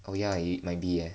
oh ya it might be eh